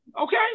Okay